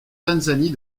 tanzanie